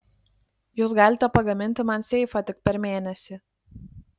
jūs galite pagaminti man seifą tik per mėnesį